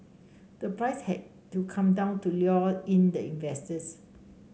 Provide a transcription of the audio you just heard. the price had to come down to lure in the investors